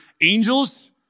angels